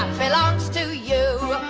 um belongs to you.